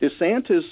DeSantis